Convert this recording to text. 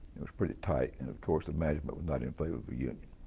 it was pretty tight, and of course the management was not in favor of a union.